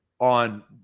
on